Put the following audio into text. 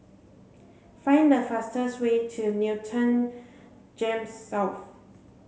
find the fastest way to Newton GEMS South